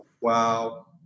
wow